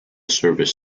service